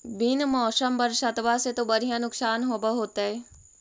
बिन मौसम बरसतबा से तो बढ़िया नुक्सान होब होतै?